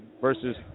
versus